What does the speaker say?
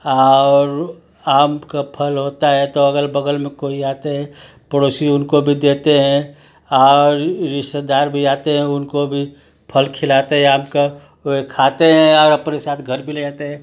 और आम का फल होता है तो अगल बगल मे कोई आते है पड़ोसी उनको भी देते हैं और रिश्तेदार भी आते है उनको भी फल खिलाते आम का कोई खाते हैं और अपने सात घर भी ले जाते है